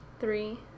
three